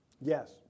Yes